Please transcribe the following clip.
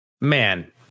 Man